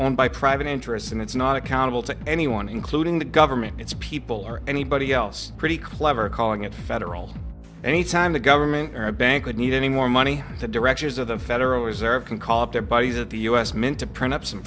owned by private interests and it's not accountable to anyone including the government its people or anybody else pretty clever calling it federal and time the government or a bank would need any more money the directors of the federal reserve can call up their buddies of the us mint to print up some